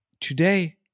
today